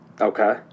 Okay